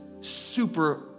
super